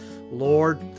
Lord